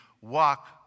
walk